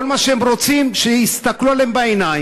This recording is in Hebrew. כל מה שהם רוצים זה שיסתכלו להם בעיניים